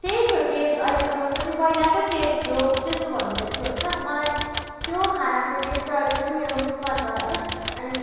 त्यही थियो टेस्ट अहिलेसम्म पनि पहिलाकै टेस्ट थियो त्यस्तो भन्नुहुँदै थियो होइन मलाई त्यो खानाको टेस्ट चाहिँ अहिलेसम्म मेरो मुखमा छ होइन अनि